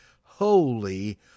holy